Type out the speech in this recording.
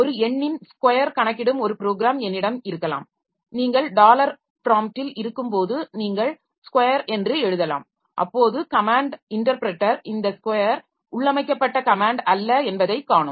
ஒரு எண்ணின் ஸ்கொயர் கணக்கிடும் ஒரு ப்ரோக்ராம் என்னிடம் இருக்கலாம் நீங்கள் டாலர் ப்ராம்ப்டில் இருக்கும்போது நீங்கள் ஸ்கொயர் என்று எழுதலாம் அப்பொழுது கமேன்ட் இன்டர்ப்ரெட்டர் இந்த ஸ்கொயர் உள்ளமைக்கப்பட்ட கமேன்ட் அல்ல என்பதைக் காணும்